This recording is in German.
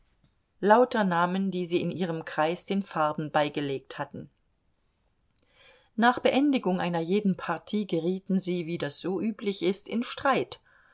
lauter namen die sie in ihrem kreise den farben beigelegt hatten nach beendigung einer jeden partie gerieten sie wie das so üblich ist in streit